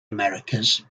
americas